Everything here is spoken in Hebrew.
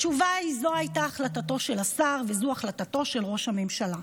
התשובה היא: זו הייתה החלטתו של השר וזו החלטתו של ראש הממשלה.